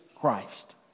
Christ